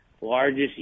largest